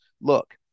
look